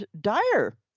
dire